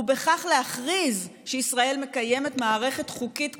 ובכך להכריז שישראל מקיימת מערכת חוקית כפולה,